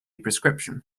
prescription